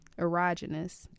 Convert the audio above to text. Erogenous